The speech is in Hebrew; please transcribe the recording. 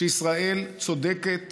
שישראל צודקת